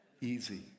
easy